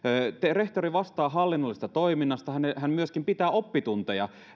rehtori vastaa hallinnollisesta toiminnasta hän hän myöskin pitää oppitunteja